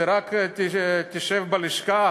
שרק תשב בלשכה